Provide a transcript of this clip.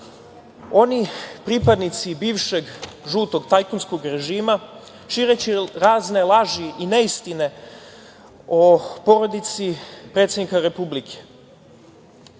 onih pripadnici bivšeg žutog tajkunskog režima, šireći razne laži i neistine o porodici predsednika Republike.